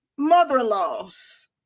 mother-in-laws